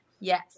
Yes